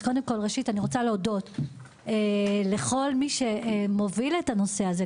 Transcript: אז קודם כל ראשית אני רוצה להודות לכל מי שמוביל את הנושא הזה,